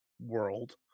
world